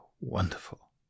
wonderful